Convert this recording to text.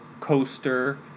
coaster